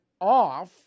off